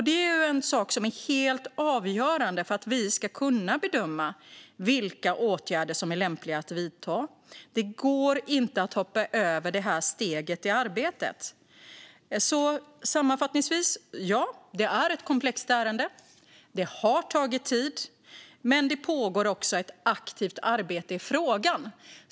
Det är en sak som är helt avgörande för att vi ska kunna bedöma vilka åtgärder som är lämpliga att vidta. Det går inte att hoppa över det här steget i arbetet. Sammanfattningsvis: Ja, det är ett komplext ärende, och det har tagit tid, men det pågår också ett aktivt arbete i frågan.